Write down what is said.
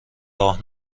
راه